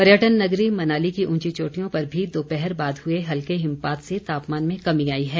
पर्यटन नगरी मनाली की ऊंची चोटियों पर भी दोपहर बाद हुए हल्के हिमपात से तापमान में कमी आई है